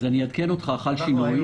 אעדכן אותך חל שינוי.